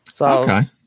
Okay